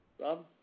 Rob